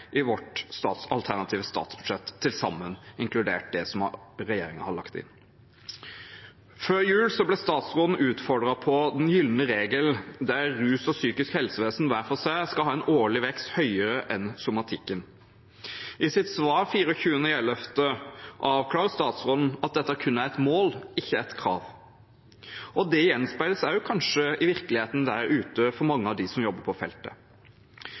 i vårt alternative statsbudsjett, inkludert det som regjeringen har lagt inn. Før jul ble statsråden utfordret på den gylne regel, der rus og psykisk helsevesen hver for seg skal ha en årlig vekst høyere enn somatikken. I sitt svar 24. november avklarer statsråden at dette kun er et mål, ikke et krav. Det gjenspeiler kanskje også virkeligheten der ute for mange av dem som jobber på feltet.